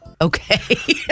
Okay